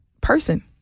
person